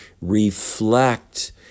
reflect